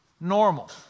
normal